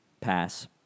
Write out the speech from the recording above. Pass